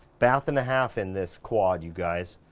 bath and a half in this quad, you guys.